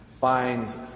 Finds